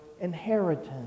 inheritance